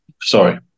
Sorry